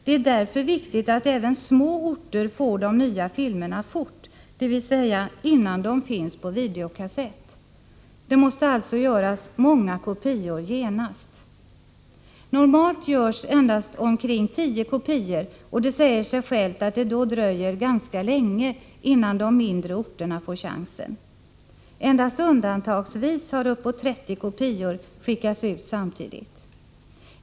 Det är därför viktigt att även små orter får de nya filmerna fort, dvs. innnan de finns på videokassett. Det måste alltså göras många kopior genast. Normalt görs endast omkring tio kopior, och det säger sig självt att det då dröjer ganska länge innan de mindre orterna får chansen. Endast undantagsvis har uppåt 30 kopior skickats ut samtidigt.